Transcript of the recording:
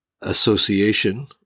Association